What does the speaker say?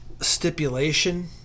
stipulation